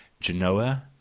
Genoa